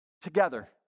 together